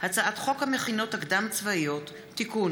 (התקנת מצלמות בבתי חולים לשם הגנה על חסר